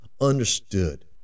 understood